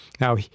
Now